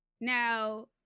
Now